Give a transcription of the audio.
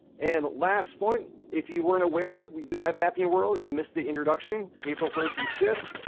and last point, if you weren't aware, we do have appian world. if you missed the introduction, april third through fifth.